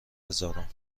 هزارم